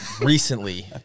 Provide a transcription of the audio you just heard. Recently